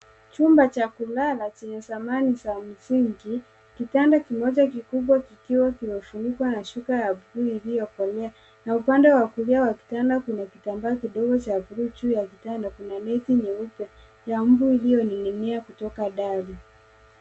Chumba cha kulala chenye samani za msingi, kitanda kimoja kikubwa kikiwa kimefunikwa na shuka ya buluu iliyokolea na upande wa kulia wa kitanda kuna kitamba kidogo cha buluu juu ya kitanda kuna neti nyeupe ya mbu iliyoning'inia kutoka dari.